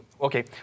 Okay